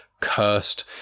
cursed